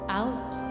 out